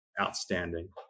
outstanding